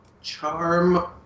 charm